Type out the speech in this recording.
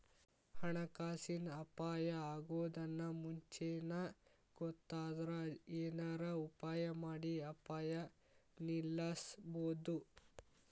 ಹಣಕಾಸಿನ್ ಅಪಾಯಾ ಅಗೊದನ್ನ ಮುಂಚೇನ ಗೊತ್ತಾದ್ರ ಏನರ ಉಪಾಯಮಾಡಿ ಅಪಾಯ ನಿಲ್ಲಸ್ಬೊದು